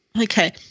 Okay